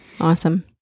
awesome